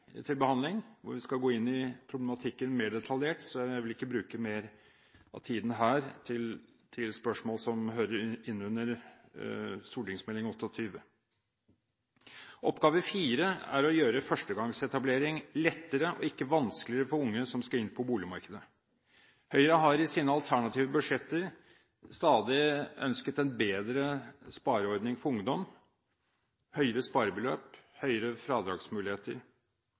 til behandling. Der skal vi gå inn i problematikken mer detaljert, så jeg vil ikke bruke mer av tiden her til spørsmål som hører inn under Meld. St. nr. 28 for 2011–2012. Oppgave fire er å gjøre førstegangsetablering lettere, ikke vanskeligere, for unge som skal inn på boligmarkedet. Høyre har i sine alternative budsjetter stadig ønsket en bedre spareordning for ungdom, med høyere sparebeløp og høyere fradragsmuligheter.